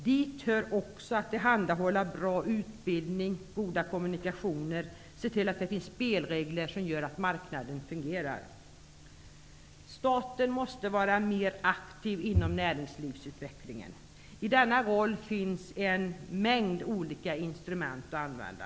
Dit hör också att tillhandahålla bra utbildning, goda kommunikationer och se till att det finns spelregler som gör att marknaden fungerar. Staten måste vara mer aktiv inom näringslivsutvecklingen. I denna roll finns en mängd olika instrument att använda.